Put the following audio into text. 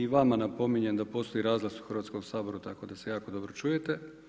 I vama napominjem da postoji razglas u Hrvatskom saboru tako da se jako dobro čujete.